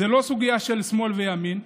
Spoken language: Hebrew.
זו לא סוגיה של שמאל וימין,